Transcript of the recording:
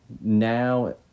now